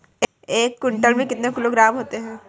एक क्विंटल में कितने किलोग्राम होते हैं?